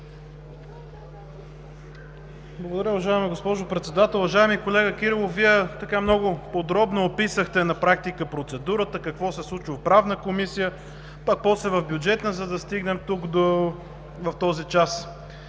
Благодаря, уважаема госпожо Председател. Уважаеми колега Кирилов, Вие много подробно описахте на практика процедурата – какво се случва в Правната комисия, пък после в Бюджетната, за да стигнем дотук в този час.